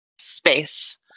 space